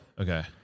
Okay